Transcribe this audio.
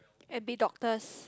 and be doctors